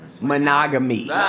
monogamy